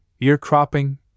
ear-cropping